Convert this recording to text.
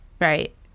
Right